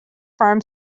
farm